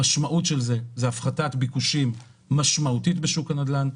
המשמעות של זה היא הפחתת ביקושים משמעותית בשוק הנדל"ן.